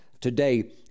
Today